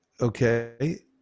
Okay